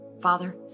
Father